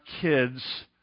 kids